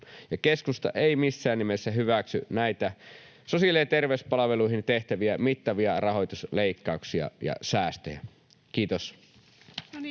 Keskusta ei missään nimessä hyväksy näitä sosiaali- ja terveyspalveluihin tehtäviä mittavia rahoitusleikkauksia ja säästöjä. — Kiitos.